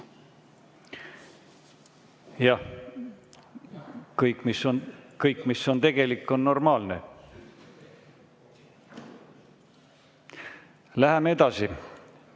Jah, kõik, mis on tegelik, on normaalne. Läheme edasi.